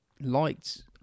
liked